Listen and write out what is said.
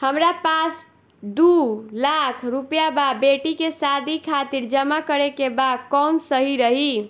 हमरा पास दू लाख रुपया बा बेटी के शादी खातिर जमा करे के बा कवन सही रही?